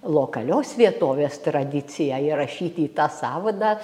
lokalios vietovės tradiciją įrašyti į tą sąvadą